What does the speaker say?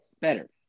Better